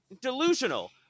delusional